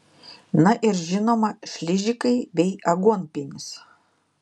na ir žinoma šližikai bei aguonpienis